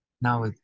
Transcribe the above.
now